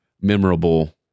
memorable